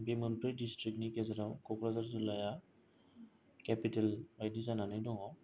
बे मोनब्रै दिसथ्रिकनि गेजेराव क'क्राझार जिल्लाया केपिटेल बायदि जानानै दङ